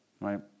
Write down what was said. right